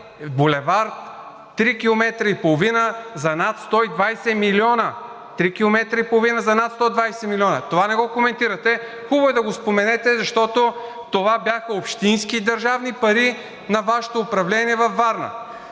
милиона – 3,5 км за над 120 милиона! Това не го коментирате, а е хубаво да го споменете, защото това бяха общински и държавни пари на Вашето управление във Варна.